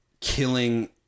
killing